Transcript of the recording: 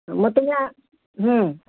मग तुम्ही आ